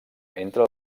entre